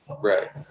right